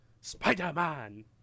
spider-man